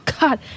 God